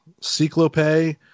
Cyclope